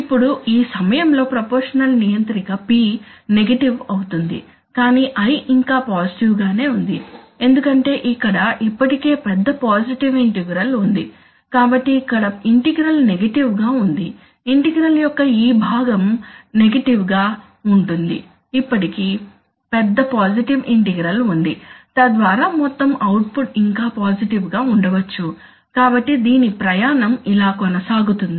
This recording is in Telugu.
ఇప్పుడు ఈ సమయంలో ప్రపోర్షషనల్ నియంత్రిక P నెగెటివ్ అవుతుంది కానీ I ఇంకా పాజిటివ్ గా నే ఉంది ఎందుకంటే ఇక్కడ ఇప్పటికే పెద్ద పాజిటివ్ ఇంటిగ్రల్ ఉంది కాబట్టి ఇక్కడ ఇంటిగ్రల్ నెగటివ్ గా ఉంది ఇంటిగ్రల్ యొక్క ఈ భాగం నెగటివ్ గా ఉంటుంది ఇప్పటికీ పెద్ద పాజిటివ్ ఇంటిగ్రల్ ఉంది తద్వారా మొత్తం అవుట్ పుట్ ఇంకా పాజిటివ్ గా ఉండవచ్చు కాబట్టి దీని ప్రయాణం ఇలా కొనసాగుతుంది